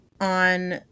on